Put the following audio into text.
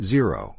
Zero